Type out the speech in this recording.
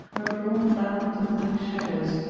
were drawn down into black shadows,